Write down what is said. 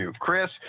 Chris